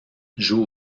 joue